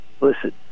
listen